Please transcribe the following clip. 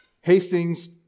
Hastings